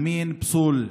אמין בסול,